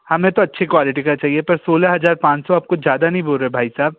हमें तो अच्छी क्वालिटी का चाहिए पर सोलह हज़ार पाँच सौ आपको ज़्यादा नहीं बोल रहे भाई साहब